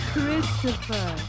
Christopher